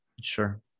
Sure